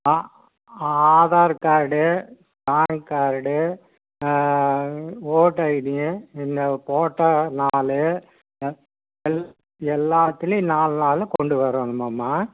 ஆ Aadhaar card PAN card voter ID இந்த photo நாலு எ எல் எல்லாத்துலேயும் நாலு நாலு கொண்டு வரணும்மம்மா